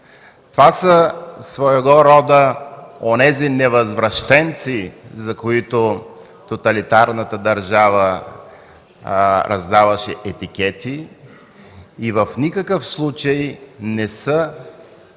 Това са своего рода онези невъзвращенци, за които тоталитарната държавата раздаваше етикети. В никакъв случай не са